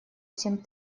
семь